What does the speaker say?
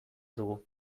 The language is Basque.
dugu